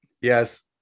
Yes